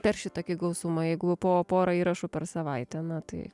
per šitokį gausumą jeigu po porą įrašų per savaitę na tai